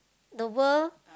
the world